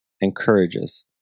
encourages